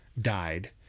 died